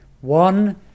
one